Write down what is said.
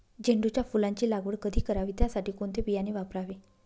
झेंडूच्या फुलांची लागवड कधी करावी? त्यासाठी कोणते बियाणे वापरावे?